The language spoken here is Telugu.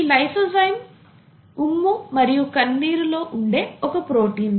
ఈ లైసోజాయిం ఉమ్ము మరియు కన్నీరు లో ఉండే ఒక ప్రోటీన్